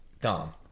Dom